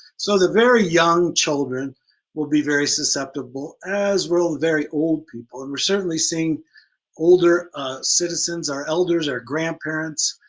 so the very young children will be very susceptible as will very old people. and we're certainly seeing older citizens, our elders, our grandparents,